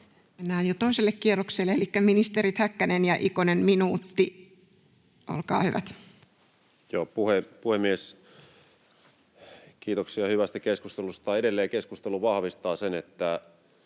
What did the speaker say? Mennään jo toiselle kierrokselle, elikkä ministerit Häkkänen ja Ikonen, minuutti, olkaa hyvät. Puhemies! Kiitoksia hyvästä keskustelusta. Edelleen keskustelu vahvistaa sen, että